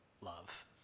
love